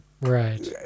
Right